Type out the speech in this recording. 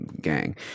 gang